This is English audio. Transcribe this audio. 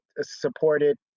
supported